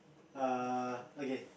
err okay